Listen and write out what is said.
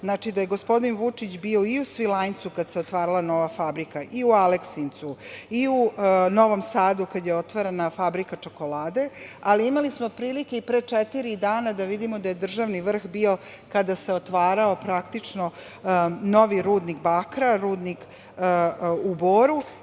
dana, da je gospodin Vučić bio i u Svilajncu kad se otvarala nova fabrika i u Aleksincu i u Novom Sadu kad se otvarala fabrika čokolade, ali imali smo prilike i pre četiri dana da vidimo da je državni vrh bio kada se otvarao praktično novi rudnik bakra, rudnik u Boru.